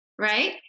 right